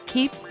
Keep